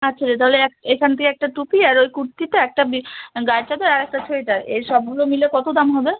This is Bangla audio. আচ্ছা আচ্ছা তাহলে এক এখান থেকে একটা টুপি আর ওই কুর্তিটা একটা গায়ের চাদর আরেকটা সোয়েটার এসবগুলো নিয়ে কত দাম হবে